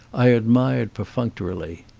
i admired perfuncto rily.